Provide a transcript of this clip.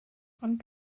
ond